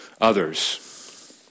others